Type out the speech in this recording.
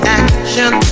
action